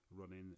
running